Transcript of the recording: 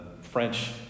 French